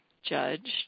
judged